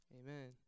Amen